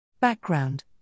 Background